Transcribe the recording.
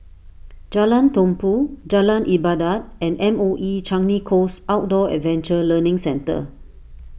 Jalan Tumpu Jalan Ibadat and M O E Changi Coast Outdoor Adventure Learning Centre